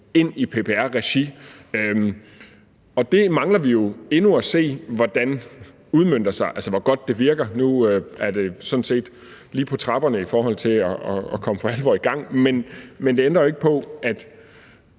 ind i PPR-regi? Der mangler vi jo endnu at se, hvor godt det virker. Nu er det sådan set lige på trapperne i forhold til for alvor at komme i gang, men det ændrer jo ikke på, at